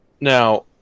now